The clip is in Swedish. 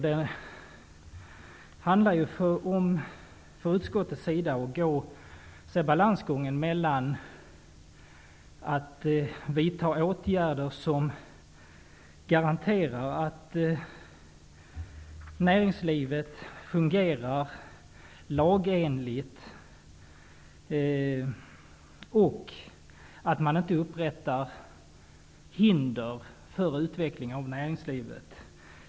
Det handlar för utskottets del om att gå en balansgång mellan att vidta åtgärder som garanterar att näringslivet fungerar lagenligt och att inte upprätta hinder för utvecklingen av näringslivet.